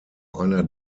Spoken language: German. einer